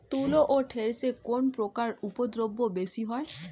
তুলো ও ঢেঁড়সে কোন পোকার উপদ্রব বেশি হয়?